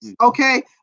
Okay